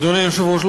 אדוני היושב-ראש,